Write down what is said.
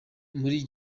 muri